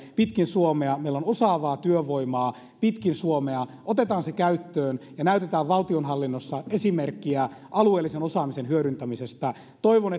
pitkin suomea meillä on osaavaa työvoimaa pitkin suomea otetaan se käyttöön ja näytetään valtionhallinnossa esimerkkiä alueellisen osaamisen hyödyntämisestä toivon